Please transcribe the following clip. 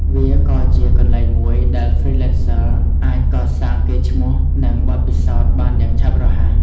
វាក៏ជាកន្លែងមួយដែល Freelancers អាចកសាងកេរ្តិ៍ឈ្មោះ និងបទពិសោធន៍បានយ៉ាងឆាប់រហ័ស។